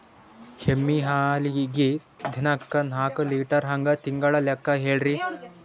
ಎಮ್ಮಿ ಹಾಲಿಗಿ ದಿನಕ್ಕ ನಾಕ ಲೀಟರ್ ಹಂಗ ತಿಂಗಳ ಲೆಕ್ಕ ಹೇಳ್ರಿ?